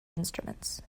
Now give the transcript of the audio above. instruments